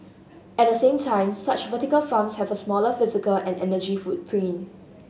at the same time such vertical farms have a smaller physical and energy footprint